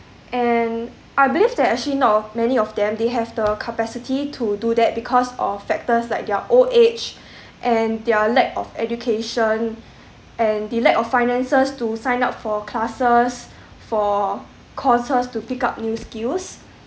and I believe that actually not many of them they have the capacity to do that because of factors like their old age and their lack of education and the lack of finances to sign up for classes for courses to pick up new skills